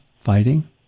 fighting